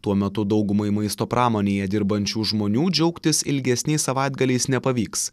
tuo metu daugumai maisto pramonėje dirbančių žmonių džiaugtis ilgesniais savaitgaliais nepavyks